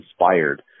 inspired